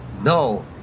No